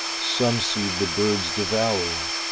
some seed the birds devour,